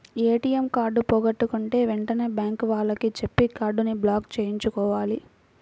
ATM card పోగొట్టుకుంటే వెంటనే bank వాళ్లకి చెప్పి కార్డుని బ్లాక్ చేయించుకోవాలి